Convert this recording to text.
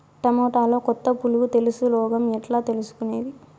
టమోటాలో కొత్త పులుగు తెలుసు రోగం ఎట్లా తెలుసుకునేది?